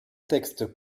texte